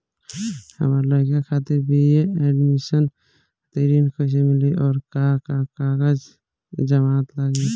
हमार लइका खातिर बी.ए एडमिशन खातिर ऋण कइसे मिली और का का कागज आ जमानत लागी?